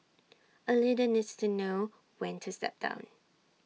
A leader needs to know when to step down